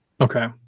Okay